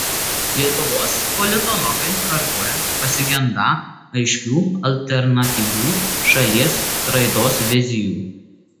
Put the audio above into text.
lietuvos politologai kartoja pasigendą aiškių alternatyvių šalies raidos vizijų